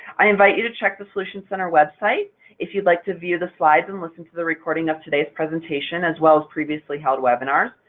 i invite you to check the solutions center website if you'd like to view the slides and listen to the recording of today's presentation, as well as previously-held webinars.